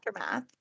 Aftermath